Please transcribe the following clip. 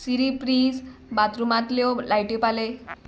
सिरी प्रीज बाथरुमांतल्यो लायट्यो पालय